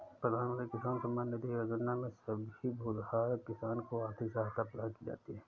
प्रधानमंत्री किसान सम्मान निधि योजना में सभी भूधारक किसान को आर्थिक सहायता प्रदान की जाती है